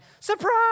surprise